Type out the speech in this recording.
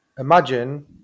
Imagine